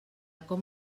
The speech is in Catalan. com